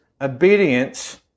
obedience